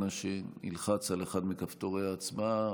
אנא שילחץ על אחד מכפתורי ההצבעה,